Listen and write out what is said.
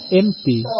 empty